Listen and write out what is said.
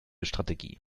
strategie